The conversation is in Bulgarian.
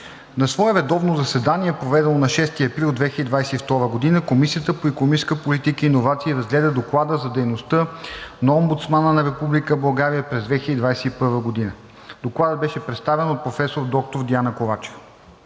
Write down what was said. На свое редовно заседание, проведено на 6 април 2022 г., Комисията по икономическа политика и иновации разгледа Доклада за дейността на Омбудсмана на Република България през 2021 г. Докладът беше представен от професор доктор Диана Ковачева.